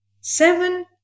seven